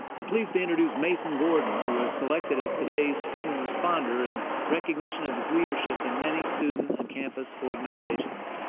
i'm pleased to introduce mason gordon, who was selected as today's student responder in recognition of his leadership in many student and campus organizations.